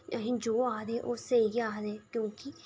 असें गी जो बी आखदे स्हेई गै आखदे क्योंकि